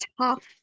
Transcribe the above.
tough